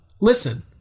listen